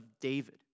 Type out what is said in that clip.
David